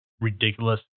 ridiculous